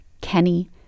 Kenny